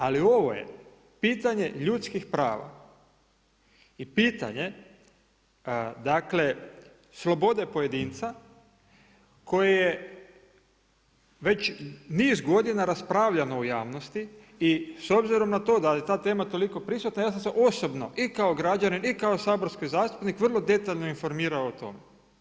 Ali ovo je pitanje ljudskih prava i pitanje dakle slobode pojedinca koje je već niz godina raspravljano u javnosti i s obzirom na to da je ta tema toliko prisutna ja sam se osobno i kao građanin i kao saborski zastupnik vrlo detaljno informirao o tome.